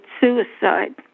suicide